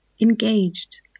engaged